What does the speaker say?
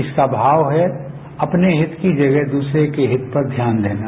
इसका भाव है अपने हित कॉ जगह दूसरे के हित पर ध्यान देना